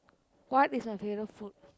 what is her favourite food